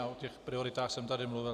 O těch prioritách jsem tady mluvil.